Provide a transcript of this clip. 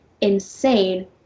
insane